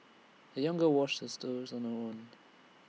the young girl washed sisters on her own